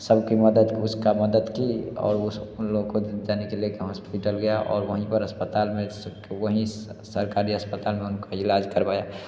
सबकी मदद उसका मदद की और उस उन लोगों को जाने के लिए कहा हॉस्पिटल गया और वहीं पर अस्पताल में वहीं सरकारी अस्पताल में उनको इलाज करवाया